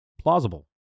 plausible